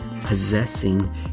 possessing